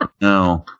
No